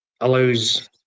allows